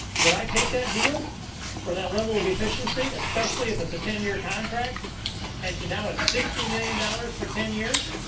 would i take that deal for that level of efficiency especially if it's a ten year contract and now it's sixty million dollars for ten years?